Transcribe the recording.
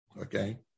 okay